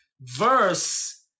Verse